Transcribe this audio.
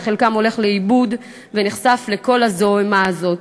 שחלקם הולך לאיבוד ונחשף לכל הזוהמה הזאת.